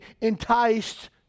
enticed